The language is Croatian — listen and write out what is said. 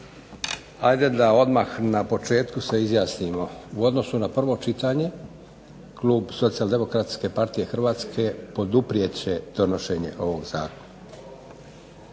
Hajde da odmah na početku se izjasnimo u odnosu na prvo čitanje klub Socijaldemokratske partije Hrvatske poduprijet će donošenje ovog zakona